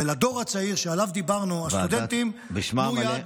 ולדור הצעיר שעליו דיברנו, הסטודנטים, תנו יד.